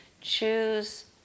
Choose